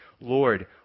Lord